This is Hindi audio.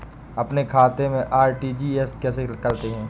अपने खाते से आर.टी.जी.एस कैसे करते हैं?